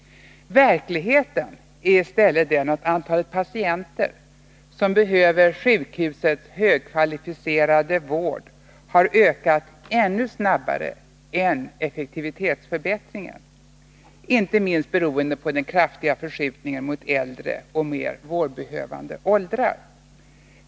Verkligheten är i stället den att antalet patienter som behöver sjukhusets högkvalificerade vård har ökat ännu snabbare än effektiviteten förbättrats, inte minst beroende på den kraftiga förskjutningen mot äldre, mer vårdbehövande patienter.